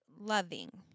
loving